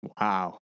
wow